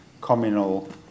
communal